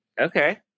okay